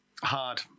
hard